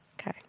okay